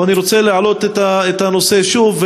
ואני רוצה להעלות את הנושא שוב,